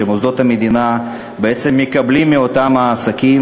שמוסדות המדינה בעצם מקבלים מאותם העסקים,